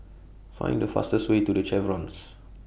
Find The fastest Way to The Chevrons